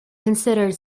considered